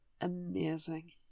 amazing